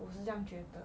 我是这样觉得